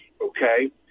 okay